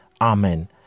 Amen